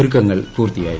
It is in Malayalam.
ഒരുക്കങ്ങൾ പൂർത്തിയായി